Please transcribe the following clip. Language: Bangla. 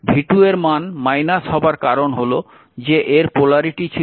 v 2 এর মান হবার কারণ হল যে এর পোলারিটি ছিল